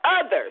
others